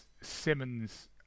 Simmons